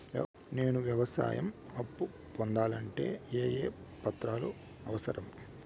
నేను వ్యవసాయం అప్పు పొందాలంటే ఏ ఏ పత్రాలు అవసరం?